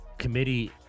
Committee